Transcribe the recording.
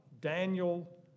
Daniel